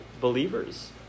believers